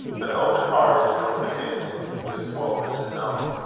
but open-hearted and open-handed with what was his own.